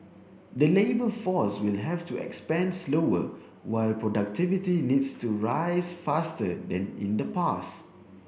the labour force will have to expand slower while productivity needs to rise faster than in the past